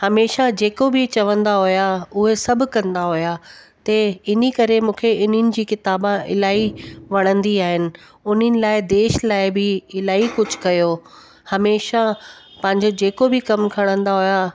हमेशह जेको बि चवंदा हुआ उहे सभु कंदा हुआ ते इन करे मूंखे इन्हनि जी किताबा इलाही वणंदी आहिनि उन्हनि लाइ देश लाइ बि इलाही कुझु कयो हमेशह पंहिंजो जेको बि कमु खणंदा हुआ